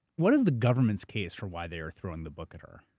what is the government's case for why they are throwing the book at her?